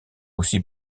aussi